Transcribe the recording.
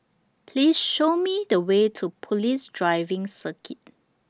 Please Show Me The Way to Police Driving Circuit